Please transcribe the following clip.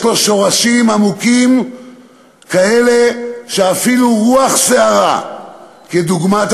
יש לו שורשים עמוקים כאלה שאפילו רוח סערה דוגמת